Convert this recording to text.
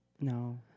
No